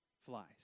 flies